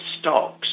stocks